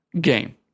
game